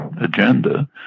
agenda